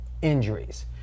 injuries